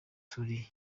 turi